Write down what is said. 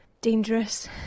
dangerous